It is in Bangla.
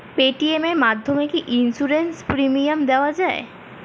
পেটিএম এর মাধ্যমে কি ইন্সুরেন্স প্রিমিয়াম দেওয়া যায়?